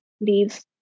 leaves